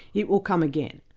it will come again.